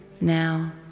Now